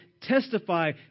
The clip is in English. testify